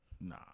Nah